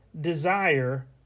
desire